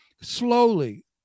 Slowly